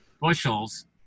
bushels